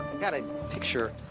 got a picture,